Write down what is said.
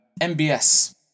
MBS